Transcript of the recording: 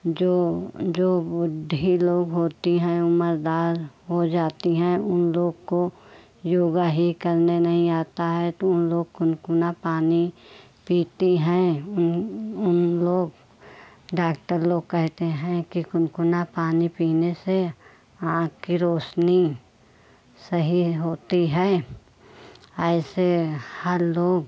जो जो बूढ़े लोग होती हैं उम्रदार हो जाती हैं उन लोग को योग ही करने नहीं आता है तो उन लोग गुनगुना पानी पीती हैं उन उन लोग डाक्टर लोग कहते हैं कि गुनगुना पानी पीने से आँख की रौशनी सही होती है ऐसे हर लोग